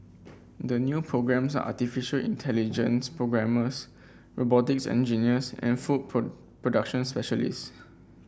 the new programmes are artificial intelligence programmers robotics engineers and food production specialists